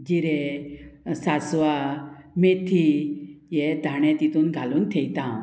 जिरें सांसवां मेथी हे धाणें तितून घालून थेयता हांव